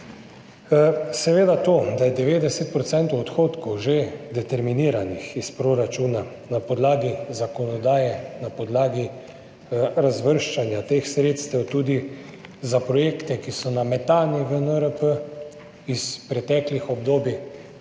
Seveda to, da je 90 % odhodkov že determiniranih iz proračuna na podlagi zakonodaje, na podlagi razvrščanja teh sredstev tudi za projekte, ki so nametani v NRP iz preteklih obdobij,